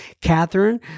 Catherine